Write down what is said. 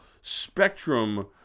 spectrum